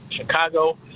Chicago